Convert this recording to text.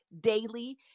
daily